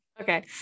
Okay